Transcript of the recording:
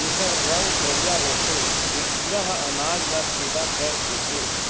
जेकर रंग करिया होथे ए कीरा ह अनाज ल छेंदा कर देथे